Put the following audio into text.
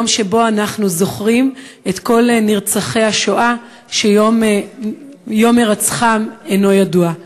יום שבו אנחנו זוכרים את כל נרצחי השואה שיום הירצחם אינו ידוע.